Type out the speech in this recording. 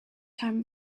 time